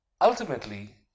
ultimately